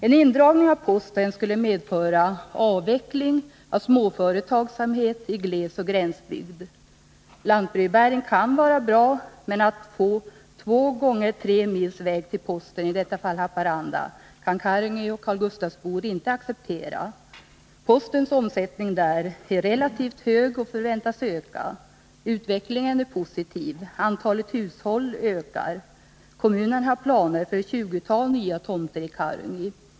En indragning av posten skulle medföra avveckling av småföretagsamheten i glesoch gränsbygd. Lantbrevbäring kan vara bra, men att få 2 x 3 mils väg till posten — i detta fall i Haparanda — kan invånarna i Karungi och Karl Gustav inte acceptera. Postens omsättning där är relativt hög och förväntas öka. Utvecklingen är positiv. Antalet hushåll ökar. Kommunen har planer för ett tjugotal nya tomter i Karungi.